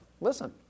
Listen